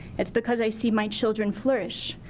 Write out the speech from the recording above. it's because i see my children flourish,